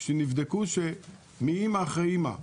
נבדקו שם אימא אחרי אימא.